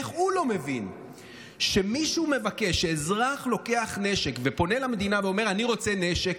איך הוא לא מבין שכשהאזרח לוקח נשק ופונה למדינה ואומר: אני רוצה נשק,